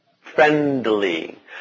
friendly